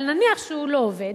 אבל נניח שהוא לא עובד,